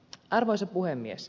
arvoisa puhemies